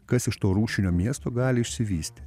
kas iš to rūšinio miesto gali išsivysty